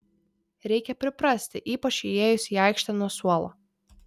reikia priprasti ypač įėjus į aikštę nuo suolo